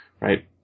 right